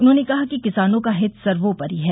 उन्होंने कहा कि किसानों का हित सर्वोपरि है